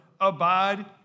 abide